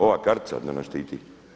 Ova kartica da nas štiti.